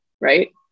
right